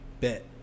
bet